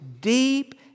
deep